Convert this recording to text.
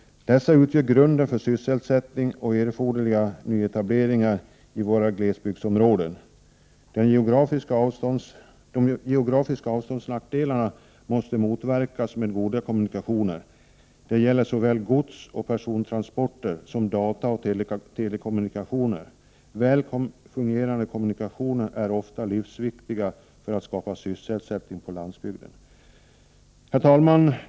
Dessa utgör grunden för sysselsättning och erforderliga nyetableringar i våra glesbygdsområden. De geografiska avståndsnackdelarna måste motverkas med goda kommunikationer. Det gäller såväl godsoch persontransporter som dataoch telekommunikationer. Väl fungerande kommunikationer är ofta livsviktiga för att skapa sysselsättning på landsbygden. Fru talman!